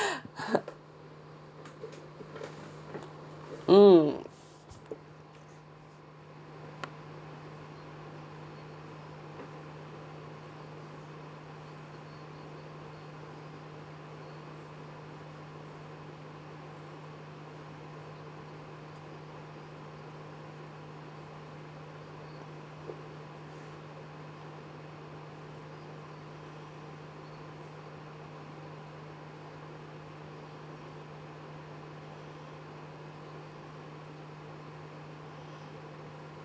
mm